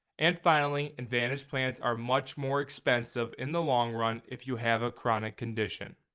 and finally advantage plants are much more expensive in the long run if you have a chronic condition.